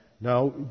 No